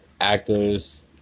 actors